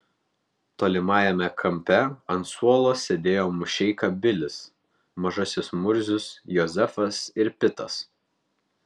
tolimajame kampe ant suolo sėdėjo mušeika bilis mažasis murzius jozefas ir pitas